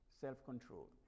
self-control